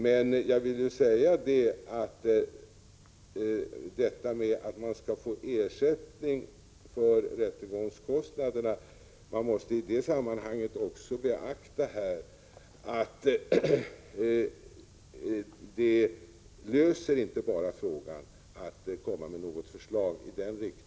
Det måste också beaktas att man inte löser problemet bara genom att lägga fram ett förslag om ersättning för rättegångskostnader.